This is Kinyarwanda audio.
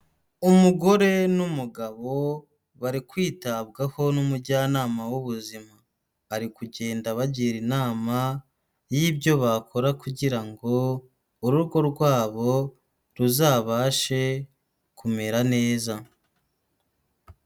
Umugore n'umugabo bari kwitabwaho n'umujyanama w'ubuzima. Ari kugenda abagira inama y'ibyo bakora kugira ngo urugo rwabo ruzabashe kumera neza.